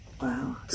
Wow